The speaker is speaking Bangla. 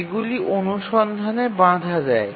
এইগুলি অনুসন্ধানে বাধা দেয়